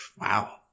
wow